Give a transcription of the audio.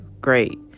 great